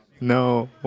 No